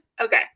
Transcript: Okay